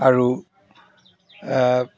আৰু